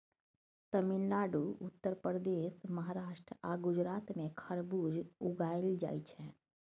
तमिलनाडु, उत्तर प्रदेश, महाराष्ट्र आ गुजरात मे खरबुज उगाएल जाइ छै